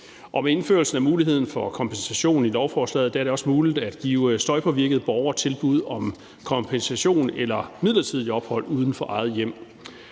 med indførelsen af muligheden for kompensation i lovforslaget er det også muligt at give støjpåvirkede borgere tilbud om kompensation eller midlertidigt ophold uden for eget hjem.